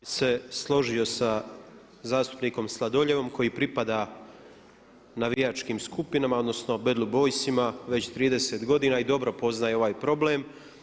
Ja bih se složio sa zastupnikom Sladoljevom koji pripada navijačkim skupinama, odnosno Bad Blue Boysima već 30 godina i dobro poznaje ovaj problem.